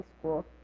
school